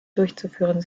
durchzuführen